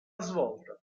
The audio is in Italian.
svolta